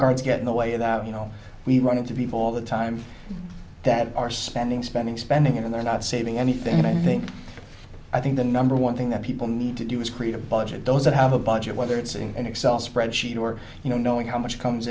cards get in the way of that you know we run into people all the time that are spending spending spending and they're not saving anything and i think i think the number one thing that people need to do is create a it doesn't have a budget whether it's in an excel spreadsheet or you know knowing how much comes